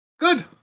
good